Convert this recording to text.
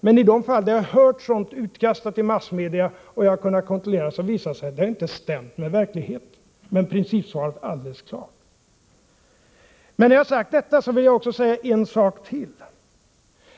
Men i de fall där jag har hört påståenden om sådant utkastas i massmedia och jag har kunnat kontrollera, så har det visat sig att det inte stämt med verkligheten. Principsvaret är dock alldeles klart. När jag har sagt detta vill jag också säga en sak till.